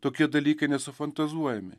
tokie dalykai nesufantazuojami